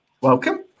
welcome